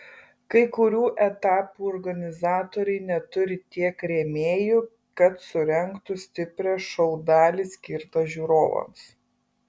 kai kurių etapų organizatoriai neturi tiek rėmėjų kad surengtų stiprią šou dalį skirtą žiūrovams